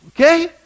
Okay